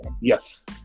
Yes